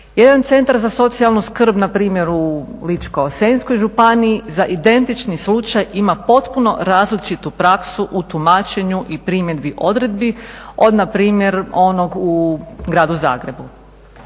jedan centar za socijalnu skrb na primjer u Ličko-senjskoj županiji za identični slučaj ima potpuno različitu praksu u tumačenju i primjeni odredbi od na primjer onog u gradu Zagrebu.